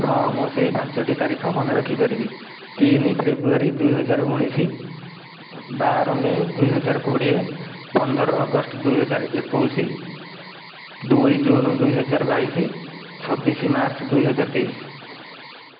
ହଁ ମୁଁ ସେହି ପାଞ୍ଚଟି ତାରିଖ ମାନେ ରଖିପାରିବି ତିନି ଫେବୃଆରୀ ଦୁଇହଜାର ଉଣେଇଶ ବାର ମେ ଦୁଇହଜାର କୋଡ଼ିଏ ପନ୍ଦର ଅଗଷ୍ଟ ଦୁଇହଜାର ଏକୋଇଶ ଦୁଇ ଜୁନ ଦୁଇହଜାର ବାଇଶ ଛବିଶ ମାର୍ଚ୍ଚ ଦୁଇହଜାର ତେଇଶ